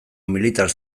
militar